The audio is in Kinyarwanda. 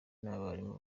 n’abarimu